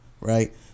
Right